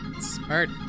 Smart